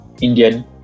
Indian